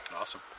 Awesome